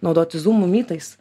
naudotis zūmu mytais